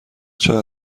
چقدر